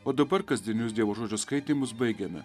o dabar kasdienius dievo žodžio skaitymus baigiame